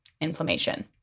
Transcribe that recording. inflammation